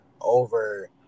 over